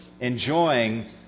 Enjoying